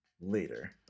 later